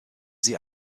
sie